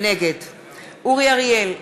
נגד אורי אריאל,